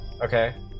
okay